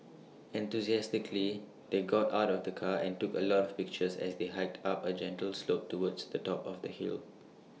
enthusiastically they got out of the car and took A lot of pictures as they hiked up A gentle slope towards the top of the hill